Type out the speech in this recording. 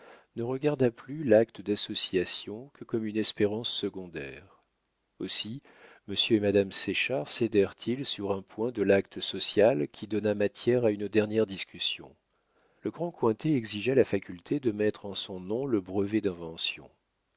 ne regarda plus l'acte d'association que comme une espérance secondaire aussi monsieur et madame séchard cédèrent ils sur un point de l'acte social qui donna matière à une dernière discussion le grand cointet exigea la faculté de mettre en son nom le brevet